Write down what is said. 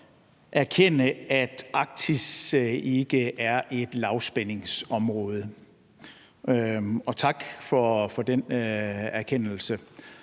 erkende, at Arktis ikke er et lavspændingsområde. Så tak for den erkendelse.